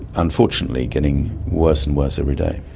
unfortunately getting worse and worse every day.